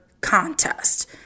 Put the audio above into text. contest